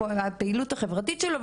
הפעילות החברתית שלו,